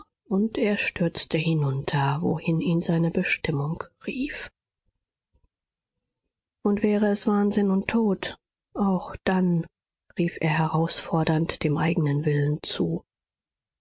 und er stürzte hinunter wohin ihn seine bestimmung rief und wäre es wahnsinn und tod auch dann rief er herausfordernd dem eigenen willen zu